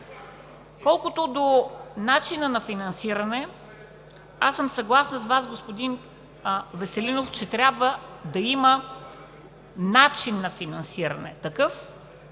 Колкото до начина на финансиране, аз съм съгласна с Вас, господин Веселинов, че трябва има начин на финансиране. Казвам,